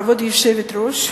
כבוד היושבת-ראש,